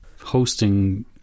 hosting